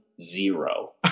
zero